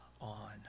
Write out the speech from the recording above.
on